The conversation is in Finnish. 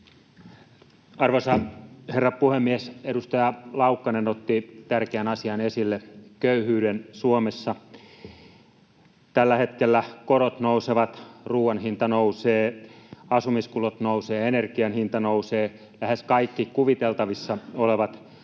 Arvoisa herra puhemies! Edustaja Laukkanen otti tärkeän asian esille, köyhyyden Suomessa. Tällä hetkellä korot nousevat, ruoan hinta nousee, asumiskulut nousevat, energian hinta nousee, lähes kaikki kuviteltavissa olevat